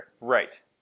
Right